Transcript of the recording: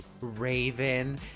raven